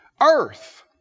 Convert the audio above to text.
earth